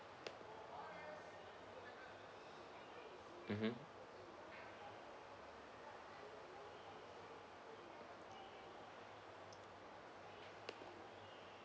mmhmm